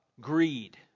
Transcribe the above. greed